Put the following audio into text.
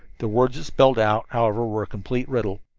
the words it spelled out, however, were a complete riddle